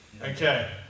Okay